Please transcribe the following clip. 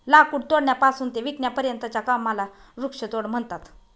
लाकूड तोडण्यापासून ते विकण्यापर्यंतच्या कामाला वृक्षतोड म्हणतात